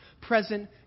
present